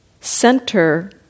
center